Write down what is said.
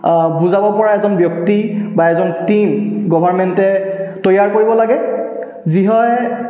বুজাব পৰা এজন ব্যক্তি বা এজন টীম গভাৰ্মেণ্টে তৈয়াৰ কৰিব লাগে যি হয়